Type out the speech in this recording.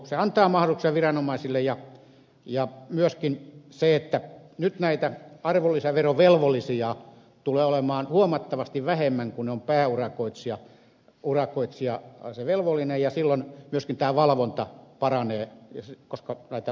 se antaa mahdollisuuksia viranomaisille ja kun myöskin näitä arvonlisäverovelvollisia tulee nyt olemaan huomattavasti vähemmän kun pääurakoitsija on se velvollinen silloin myöskin valvonta paranee koska näitä valvottavia on vähemmän